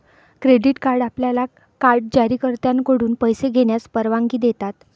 credit card आपल्याला card जारीकर्त्याकडून पैसे घेण्यास परवानगी देतात